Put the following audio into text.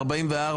ארבעה.